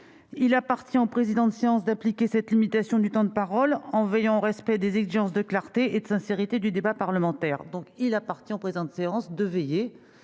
il appartient au président de séance d'appliquer cette limitation du temps de parole en veillant au respect des exigences de clarté et de sincérité du débat parlementaire ». L'expression « il appartient au président de séance » montre